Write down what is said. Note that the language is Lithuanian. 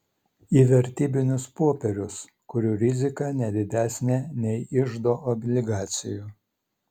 į vertybinius popierius kurių rizika ne didesnė nei iždo obligacijų